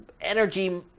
energy